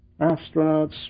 Astronauts